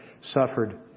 suffered